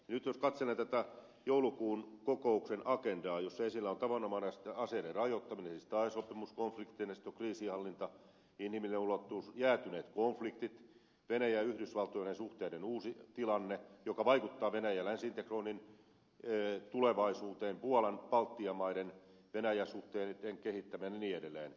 nyt kun katselen tätä joulukuun kokouksen agendaa jossa esillä on tavanomaisten aseiden rajoittaminen siis tae sopimus konfliktinesto sitten on kriisinhallinta inhimillinen ulottuvuus jäätyneet konfliktit venäjän ja yhdysvaltojen suhteiden uusi tilanne joka vaikuttaa venäjän länsi integroinnin tulevaisuuteen puolan ja baltian maiden venäjä suhteiden kehittäminen ja niin edelleen